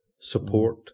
support